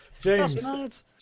James